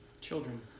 Children